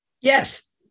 Yes